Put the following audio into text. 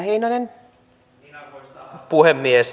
arvoisa puhemies